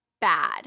bad